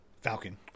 Falcon